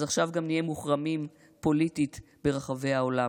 אז עכשיו גם נהיה מוחרמים פוליטית ברחבי העולם.